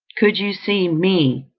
could you see me,